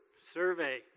Survey